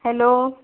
hello